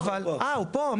הוא פה?